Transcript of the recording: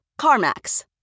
CarMax